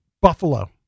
Buffalo